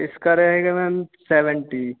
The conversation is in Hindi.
इसका रहेगा मैम सेवेंटी